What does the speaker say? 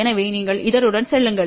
எனவே நீங்கள் இதனுடன் செல்லுங்கள்